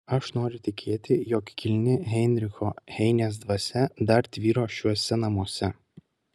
aš noriu tikėti jog kilni heinricho heinės dvasia dar tvyro šiuose namuose